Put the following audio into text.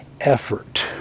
effort